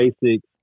basic